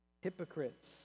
hypocrites